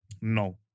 No